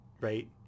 right